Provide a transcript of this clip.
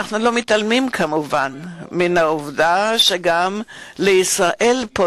אנחנו לא מתעלמים, כמובן, מן העובדה שגם לישראל יש